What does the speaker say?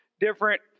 different